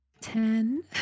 Ten